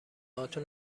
هاتون